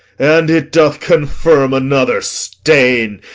and it doth confirm another stain,